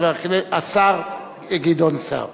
השר גדעון סער.